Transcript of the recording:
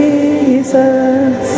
Jesus